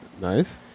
Nice